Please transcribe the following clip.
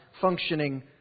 functioning